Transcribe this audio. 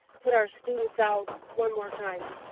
put our students out one more time.